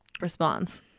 Response